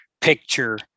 picture